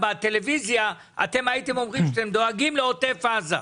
ובטלוויזיה הייתם אומרים שאתם דואגים לעוטף עזה.